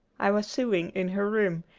i was sewing in her room,